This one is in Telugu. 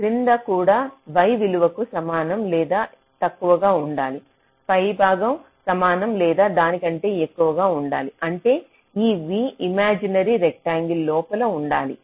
క్రింద కూడా y విలువకు సమానం లేదా తక్కువగా ఉండాలి పైభాగం సమానం లేదా దానికంటే ఎక్కువగా ఉండాలి అంటే ఈ v ఇమాజినరీ రెక్టాంగిల్ లోపల ఉండాలి